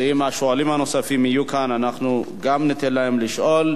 ואם השואלים הנוספים יהיו כאן ניתן גם להם לשאול.